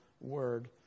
Word